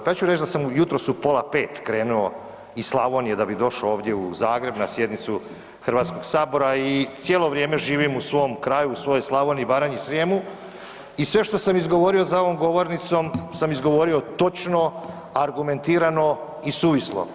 Pa ja ću reći da sam jutros u pola 5 krenuo iz Slavonije da bi došao ovdje u Zagreb na sjednicu Hrvatskog sabora i cijelo vrijeme živim u svom kraju u svojoj Slavoniji i Baranji i Srijemu i sve što sam izgovorio za ovom govornicom sam izgovorio točno, argumentirano i suvislo.